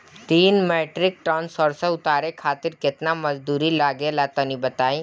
तीन metric tonne सरसो उतारे खातिर केतना मजदूरी लगे ला तनि बताई?